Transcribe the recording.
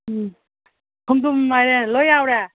ꯎꯝ ꯈꯣꯡꯗ꯭ꯔꯨꯝ ꯃꯥꯏꯔꯦꯟ ꯂꯣꯏ ꯌꯥꯎꯔꯦ